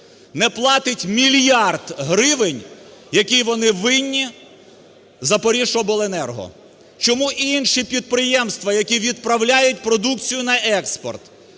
не платить мільярд гривень, який вони винні "Запоріжжяобленерго". Чому інші підприємства, які відправляють продукцію на експорт,